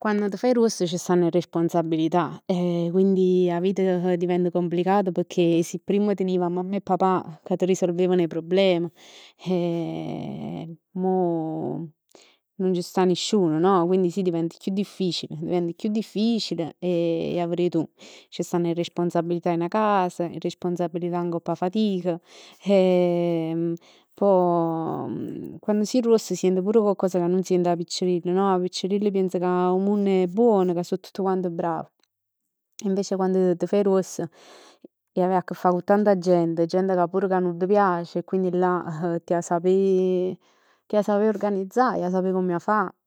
Quann t' faje gruoss c' stann 'e responsabilità e quindi 'a vit divent complicata pecchè se prima teniv 'a mamma e papà ca t' risolvevan 'e problem eh mo nun c' sta nisciun no? Quindi sì diventa chiù difficile, diventa chiù difficile e 'a verè tu. C'stann 'e responsabilità 'e 'na cas, 'e responsabilità ngopp 'a fatic, pò quann si gruoss sient pur coccos ca nun sient 'a piccirill no? 'A piccirill pienz ca 'o munno è buono e ca so tutt quant brav. Invece quann t'faje gruoss 'e avè 'a che fà cu tanta gent, gente pur ca nun t' piace e quindi là t' 'a sapè t' 'a sapè organizza, 'a sapè come 'a fa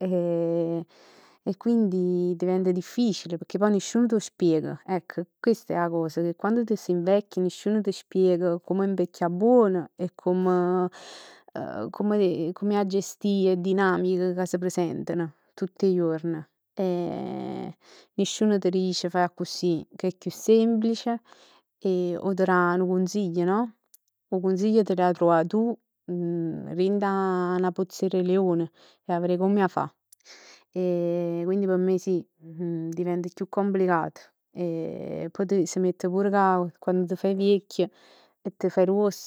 e quindi diventa difficile, pecchè poi nisciun t' 'o spiega. Ecco questa è 'a cosa, che quando t' si invecchia nisciun ti spiega come 'a invecchià buono e come, come, come 'e 'a gestì 'e dinamiche ca s' presentano tutt 'e juorn. E nisciun t' dice fai accussì che è chiù semplice e 'o t' dà nu cunsiglio no? 'O cunsiglio te l'e ha truvà tu dint 'a 'na pozza 'e Re Leone, 'e 'a verè comm 'e 'a fà. Quindi p' me sì, diventa chiù complicat. E poi s' mett pur ca quann t' faje viecchj e t' faje gruoss,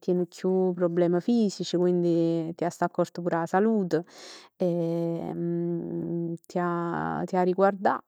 tieni chiù problem fisici, quindi t' 'a sta accort pur 'a salute e t'e 'a, t'e 'a riguardà.